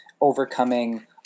overcoming